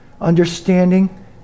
Understanding